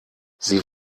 sie